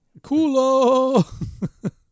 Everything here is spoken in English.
Coolo